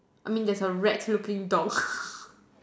I mean there's a rat looking dog